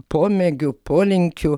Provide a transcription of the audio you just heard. pomėgių polinkių